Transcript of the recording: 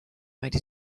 made